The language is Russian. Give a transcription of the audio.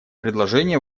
предложение